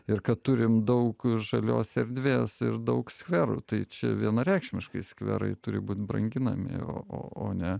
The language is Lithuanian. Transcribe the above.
ir kad turim daug žalios erdvės ir daug sferų tai čia vienareikšmiškai skverai turi būti branginami o o ne